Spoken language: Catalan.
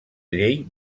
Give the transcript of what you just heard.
llei